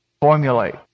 Formulate